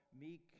meek